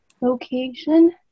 location